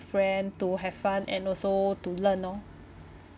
friend to have fun and also to learn orh